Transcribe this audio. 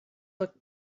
look